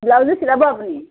ব্লাউজো চিলাব আপুনি